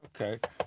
okay